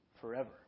forever